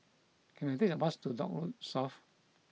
can I take a bus to the Dock Road South